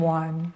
one